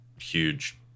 huge